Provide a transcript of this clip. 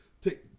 take